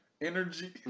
energy